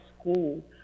school